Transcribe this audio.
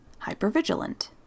Hypervigilant